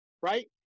right